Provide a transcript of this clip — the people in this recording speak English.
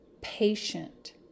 patient